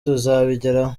tuzabigeraho